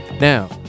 Now